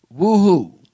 woohoo